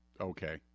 okay